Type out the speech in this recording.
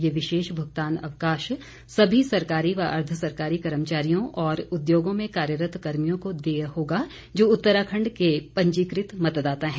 ये विशेष भुगतान अवकाश सभी सरकारी व अर्धसरकारी कर्मचारियो और उद्योगों में कार्यरत कर्मियों को देय होगा जो उतराखंड के पंजीकृत मतदाता है